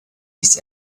his